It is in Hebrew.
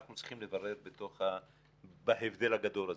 אנחנו צריכים לברר את ההבדל הגדול הזה,